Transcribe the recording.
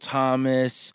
Thomas